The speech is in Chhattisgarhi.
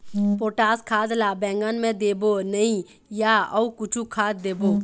पोटास खाद ला बैंगन मे देबो नई या अऊ कुछू खाद देबो?